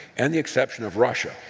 and the exception of russia.